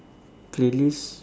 playlist